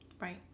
Right